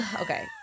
Okay